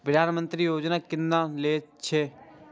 प्रधानमंत्री यौजना किनका लेल छिए?